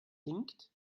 hinkt